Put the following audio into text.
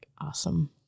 awesome